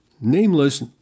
Nameless